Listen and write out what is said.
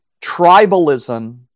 tribalism